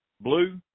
blue